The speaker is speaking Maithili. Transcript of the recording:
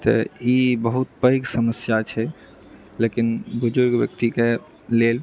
तऽ ई बहुत पैघ समस्या छै लेकिन बुजुर्ग व्यक्ति कऽ लेल